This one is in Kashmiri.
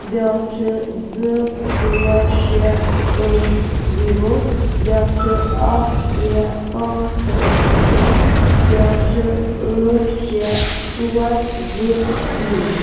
بیٛاکھ چھِ زٕ ژور شےٚ ٲٹھ زیٖرو بیٛاکھ چھِ اَکھ ترےٚ پانٛژھ سَتھ نَو بیٛاکھ چھِ ٲٹھ شےٚ ژور زٕ زیٖرو